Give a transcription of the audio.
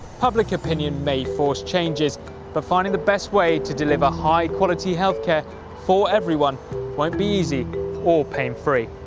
public opinion may force changes but finding the best way to deliver high quality health care for everyone won't be easy or pain-free.